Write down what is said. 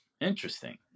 Interesting